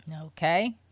Okay